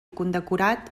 condecorat